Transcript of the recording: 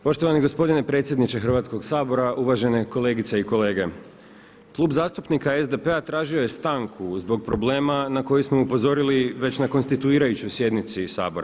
Poštovani gospodine predsjedniče Hrvatskog sabora, uvažene kolegice i kolege, Klub zastupnika SDP-a tražio je stanku zbog problema na koji smo upozorili na konstituirajućoj sjednici Sabora.